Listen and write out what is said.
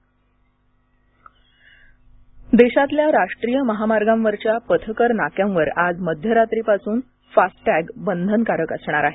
FASTag देशातल्या राष्ट्रीय महामार्गांवरच्या पथकर नाक्यांवर आज मध्यरात्रीपासून फास्टॅग बंधनकारक असणार आहे